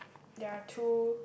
there're two